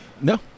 No